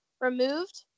removed